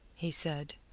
he said,